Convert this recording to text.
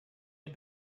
had